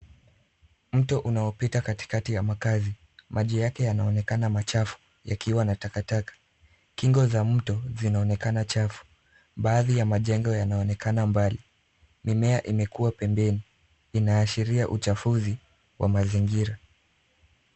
Mto unaopita katikati ya makazi. Maji yake yanaonekana machafu yakiwa na takataka. Kingo za mto zinaonekana chafu. Baadhi ya majengo yanaonekana mbali. Mimea imekua pembeni. Inaashiria uchafuzi wa mazingira.